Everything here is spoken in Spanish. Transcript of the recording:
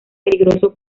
peligroso